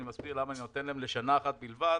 מסביר למה אני נותן להם לשנה אחת בלבד,